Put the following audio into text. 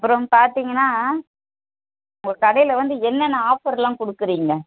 அப்புறம் பார்த்தீங்கன்னா உங்கள் கடையில் வந்து என்னென்ன ஆஃபர்லாம் கொடுக்குறீங்க